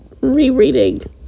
rereading